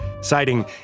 citing